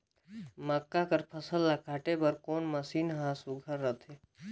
मक्का कर फसल ला काटे बर कोन मशीन ह सुघ्घर रथे?